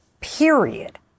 period